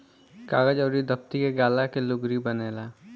कागज अउर दफ़्ती के गाला के लुगरी बनेला